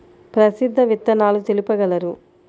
ప్రసిద్ధ విత్తనాలు తెలుపగలరు?